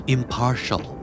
Impartial